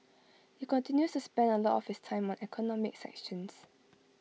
he continues to spend A lot of his time on economic sanctions